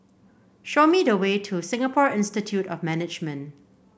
show me the way to Singapore Institute of Management